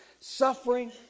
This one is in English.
Suffering